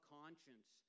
conscience